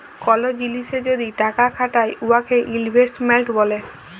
call জিলিসে যদি টাকা খাটায় উয়াকে ইলভেস্টমেল্ট ব্যলে